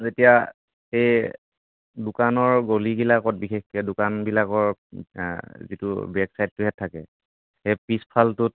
যেতিয়া এই দোকানৰ গলিবিলাকত বিশেষকৈ দোকানবিলাকৰ যিটো বেক চাইদটোহেঁত থাকে সেই পিছফালটোত